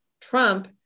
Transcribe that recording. Trump